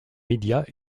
médias